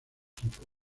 equipo